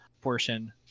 portion